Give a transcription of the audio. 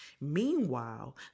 Meanwhile